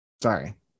Sorry